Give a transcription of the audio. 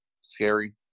scary